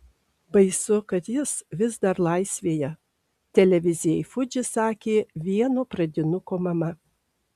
baisu kad jis vis dar laisvėje televizijai fuji sakė vieno pradinuko mama